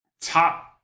top